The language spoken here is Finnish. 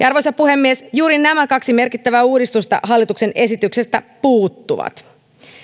arvoisa puhemies juuri nämä kaksi merkittävää uudistusta hallituksen esityksestä puuttuvat